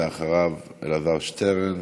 אחריו, אלעזר שטרן.